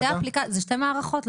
שתי מערכות?